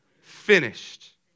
Finished